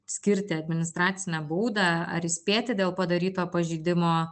skirti administracinę baudą ar įspėti dėl padaryto pažeidimo